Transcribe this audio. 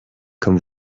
comme